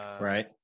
Right